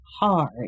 hard